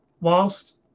Whilst